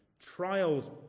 Trials